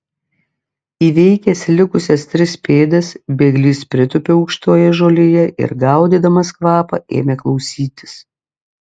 įveikęs likusias tris pėdas bėglys pritūpė aukštoje žolėje ir gaudydamas kvapą ėmė klausytis